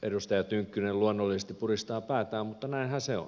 edustaja tynkkynen luonnollisesti pudistaa päätään mutta näinhän se on